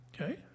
Okay